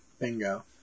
Bingo